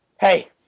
hey